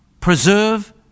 Preserve